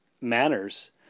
manners